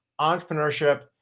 entrepreneurship